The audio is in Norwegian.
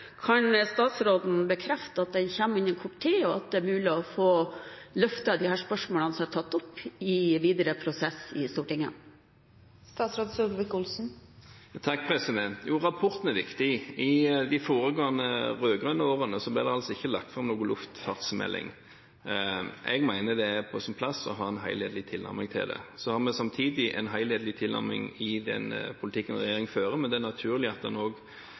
er mulig å få løftet de spørsmålene som er tatt opp, i en videre prosess i Stortinget? Rapporten er viktig. I de foregående, rød-grønne årene ble det ikke lagt fram noen luftfartsmelding. Jeg mener det er på sin plass å ha en helhetlig tilnærming til det. Så har vi samtidig en helhetlig tilnærming i den politikken regjeringen fører, men det er naturlig at